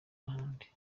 n’ahandi